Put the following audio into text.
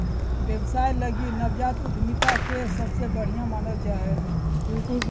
व्यवसाय लगी नवजात उद्यमिता के सबसे बढ़िया मानल जा हइ